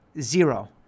zero